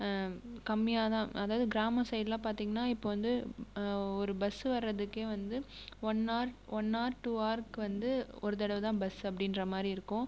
கம்மியாக தான் அதாவது கிராம சைட்லாம் பார்த்திங்கனா இப்போது வந்து ஒரு பஸ்ஸு வரதுக்கே வந்து one hour one or two ஆர்க்கு வந்து ஒரு தடவை தான் பஸ்ஸு அப்படின்ற மாதிரி இருக்கும்